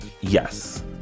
yes